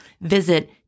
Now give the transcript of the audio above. Visit